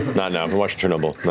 not now, we're watching chernobyl,